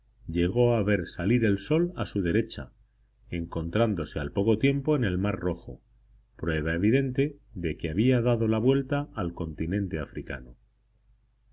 llegó a ver salir el sol a su derecha encontrándose al poco tiempo en el mar rojo prueba evidente de que había dado la vuelta al continente africano